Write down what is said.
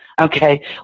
Okay